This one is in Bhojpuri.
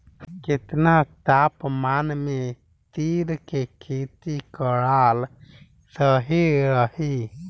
केतना तापमान मे तिल के खेती कराल सही रही?